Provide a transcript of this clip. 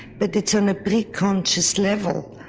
but it's on a pre-conscious level.